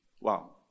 Wow